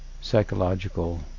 psychological